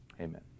Amen